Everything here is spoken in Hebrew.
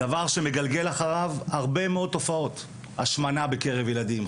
זה דבר שמגלגל אחריו הרבה מאוד תופעות: השמנה בקרב ילדים,